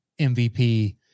MVP